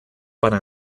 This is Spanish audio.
para